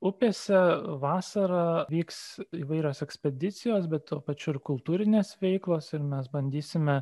upėse vasarą vyks įvairios ekspedicijos bet tuo pačiu ir kultūrinės veiklos ir mes bandysime